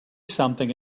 something